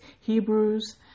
Hebrews